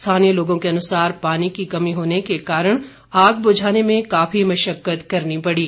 स्थानीय लोगों के अनुसार पानी की कमी होने के कारण आग बुझाने में काफी मशक्कत करनी पड़ी